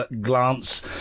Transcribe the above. glance